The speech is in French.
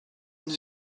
une